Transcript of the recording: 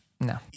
no